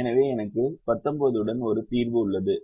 எனவே எனக்கு 19 உடன் ஒரு தீர்வு உள்ளது